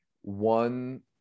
one